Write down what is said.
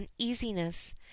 uneasiness